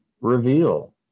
reveal